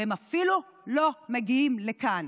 והם אפילו לא מגיעים לכאן,